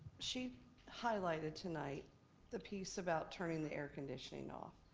she highlighted tonight the piece about turning the air conditioning off.